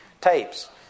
tapes